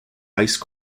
ice